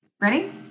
ready